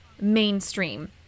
mainstream